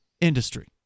industry